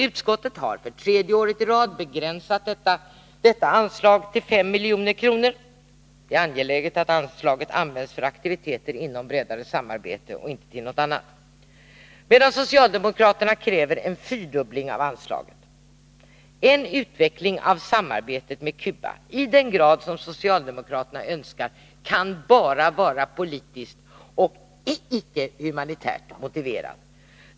Utskottet har för tredje året i rad begränsat detta anslag till 5 milj.kr. — det är angeläget att anslaget används för aktiviteter inom bredare samarbete och inte till något annat — medan socialdemokraterna kräver en fyrdubbling av anslaget. En utveckling av samarbetet med Cuba i den grad som socialdemokraterna önskar kan bara vara politiskt och icke humanitärt motiverad.